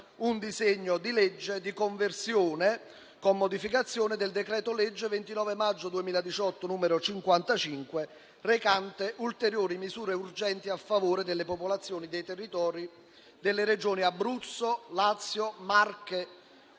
il disegno di legge «Conversione in legge, con modificazioni, del decreto-legge 29 maggio 2018, n. 55, recante ulteriori misure urgenti a favore delle popolazioni dei territori delle Regioni Abruzzo, Lazio, Marche